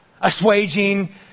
Assuaging